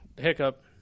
Hiccup